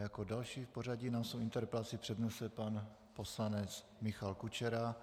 Jako další v pořadí nám svou interpelaci přednese pan poslanec Michal Kučera.